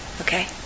Okay